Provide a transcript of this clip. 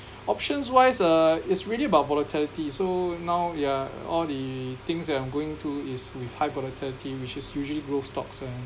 options wise uh it's really about volatility so now yeah all the things that I'm going to is with high volatility which is usually growth stocks and